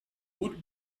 would